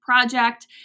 project